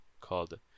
called